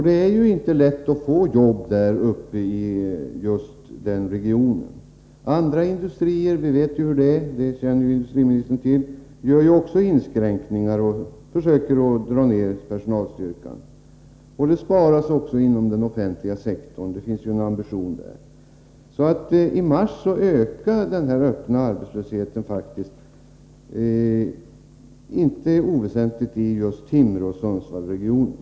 Det är inte lätt att få jobb i just den regionen. Andra industrier — vi vet ju hur det är, det känner industriministern till — gör också inskränkningar och försöker dra ned personalstyrkan. Det sparas också inom den offentliga sektorn — det finns ju en sådan ambition där. I mars ökade faktiskt den öppna arbetslösheten inte oväsentligt i just Timrå Sundsvallsregionen.